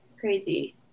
crazy